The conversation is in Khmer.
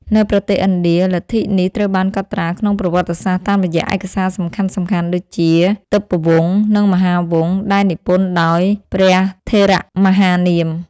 នៅប្រទេសឥណ្ឌា លទ្ធិនេះត្រូវបានកត់ត្រាក្នុងប្រវត្តិសាស្ត្រតាមរយៈឯកសារសំខាន់ៗដូចជា ទិបវង្ស និង មហាវង្ស ដែលនិពន្ធដោយ ព្រះថេរមហានាម។